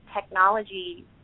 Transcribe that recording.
technology